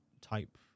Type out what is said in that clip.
type